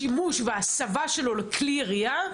השימוש וההסבה שלו לכלי ירייה,